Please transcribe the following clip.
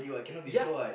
yeah